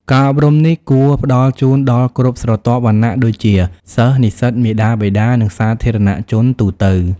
ការអប់រំនេះគួរផ្តល់ជូនដល់គ្រប់ស្រទាប់វណ្ណៈដូចជា សិស្ស និស្សិត មាតាបិតា និងសាធារណជនទូទៅ។